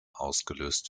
ausgelöst